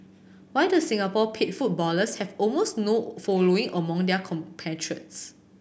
why do Singapore paid footballers have almost no following among their compatriots